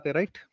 right